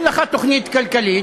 אין לך תוכנית כלכלית,